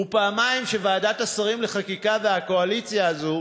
ופעמיים ועדת השרים לחקיקה והקואליציה הזו